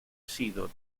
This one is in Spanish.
sido